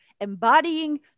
embodying